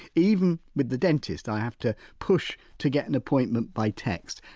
even with the dentist i have to push to get an appointment by text.